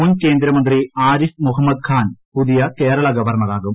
മുൻ കേന്ദ്രമന്ത്രി ആരിഫ് മുഹ മ്മദ് ഖാൻ പുതിയ കേരള ഗവർണറാകും